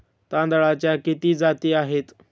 तांदळाच्या किती जाती आहेत?